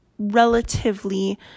relatively